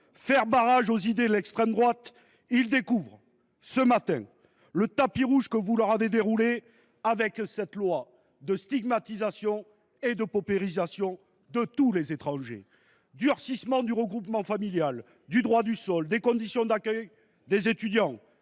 faire barrage aux idées de l’extrême droite, ils découvrent ce matin le tapis rouge que vous lui avez déroulé avec cette loi de stigmatisation et de paupérisation de tous les étrangers : durcissement du regroupement familial, du droit du sol, des conditions d’accueil des étudiants